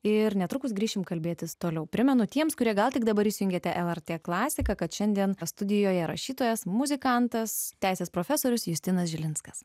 ir netrukus grįšime kalbėtis toliau primenu tiems kurie gal tik dabar įsijungiate lrt klasiką kad šiandien studijoje rašytojas muzikantas teisės profesorius justinas žilinskas